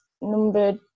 number